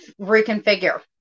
reconfigure